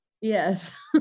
Yes